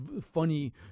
funny